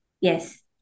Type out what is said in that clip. Yes